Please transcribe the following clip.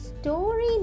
story